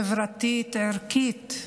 חברתית, ערכית,